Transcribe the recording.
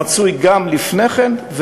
שהיה מצוי גם לפני כן,